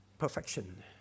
Perfection